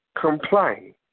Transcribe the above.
complain